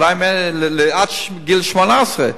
עד גיל 18,